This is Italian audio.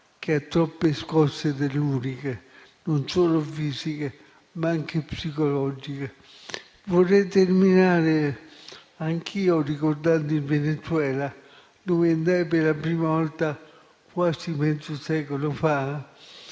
che ha troppe scosse telluriche non solo fisiche, ma anche psicologiche. Vorrei terminare anch'io ricordando il Venezuela, dove andai per la prima volta quasi mezzo secolo fa